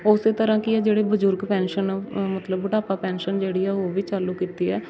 ਉਸੇ ਤਰ੍ਹਾਂ ਕੀ ਆ ਜਿਹੜੇ ਬਜ਼ੁਰਗ ਪੈਨਸ਼ਨ ਮਤਲਬ ਬੁਢਾਪਾ ਪੈਨਸ਼ਨ ਜਿਹੜੀ ਆ ਉਹ ਵੀ ਚਾਲੂ ਕੀਤੀ ਹੈ